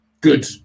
good